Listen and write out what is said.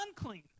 unclean